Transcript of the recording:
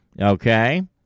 Okay